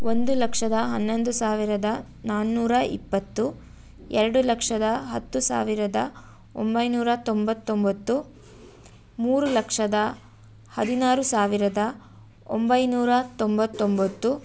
ಒಂದು ಲಕ್ಷದ ಹನ್ನೊಂದು ಸಾವಿರದ ನಾಲ್ಕುನೂರ ಇಪ್ಪತ್ತು ಎರಡು ಲಕ್ಷದ ಹತ್ತು ಸಾವಿರದ ಒಂಬೈನೂರ ತೊಂಬತ್ತೊಂಬತ್ತು ಮೂರು ಲಕ್ಷದ ಹದಿನಾರು ಸಾವಿರದ ಒಂಬೈನೂರ ತೊಂಬತ್ತೊಂಬತ್ತು